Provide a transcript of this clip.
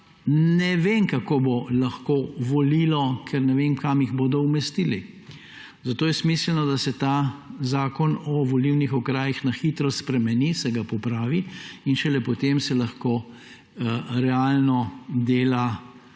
ne vem, kako bo lahko volilo, ker ne vem, kam jih bodo umestili. Zato je smiselno, da se ta zakon o volilnih okrajih na hitro spremeni, se ga popravi in šele potem se lahko realno dela na